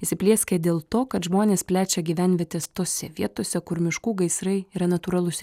įsiplieskia dėl to kad žmonės plečia gyvenvietes tose vietose kur miškų gaisrai yra natūralus